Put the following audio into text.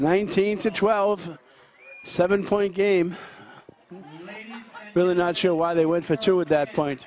nineteen to twelve seven point game really not sure why they went for two at that point